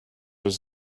was